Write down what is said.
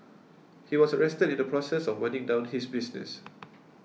he was arrested in the process of winding down his business